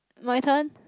my turn